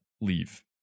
leave